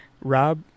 Rob